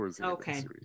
Okay